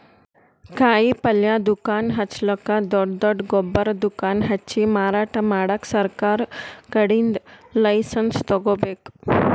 ಕಾಯಿಪಲ್ಯ ದುಕಾನ್ ಹಚ್ಚಲಕ್ಕ್ ದೊಡ್ಡ್ ದೊಡ್ಡ್ ಗೊಬ್ಬರ್ ದುಕಾನ್ ಹಚ್ಚಿ ಮಾರಾಟ್ ಮಾಡಕ್ ಸರಕಾರ್ ಕಡೀನ್ದ್ ಲೈಸನ್ಸ್ ತಗೋಬೇಕ್